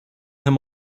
him